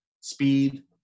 Speed